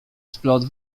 splot